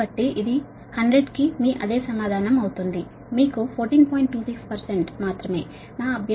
కాబట్టి ఇది మీ అదే సమాధానం అవుతుంది 100 కి మీకు 14